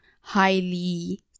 highly